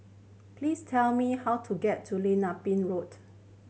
please tell me how to get to Lim Ah Pin Road